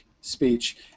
speech